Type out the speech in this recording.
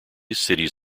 cities